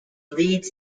leads